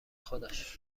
خودش